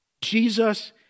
Jesus